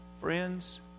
Friends